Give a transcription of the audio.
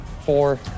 four